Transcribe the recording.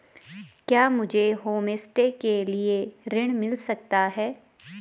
क्या मुझे होमस्टे के लिए ऋण मिल सकता है?